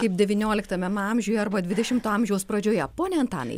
kaip devynioliktamam amžiuje arba dvidešimto amžiaus pradžioje pone antanai